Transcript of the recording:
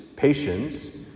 Patience